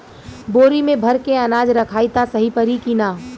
बोरी में भर के अनाज रखायी त सही परी की ना?